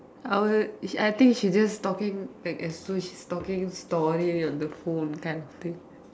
I will I think she just talking like as though she's just talking story on the phone kind of thing